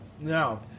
No